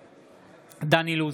נגד דן אילוז,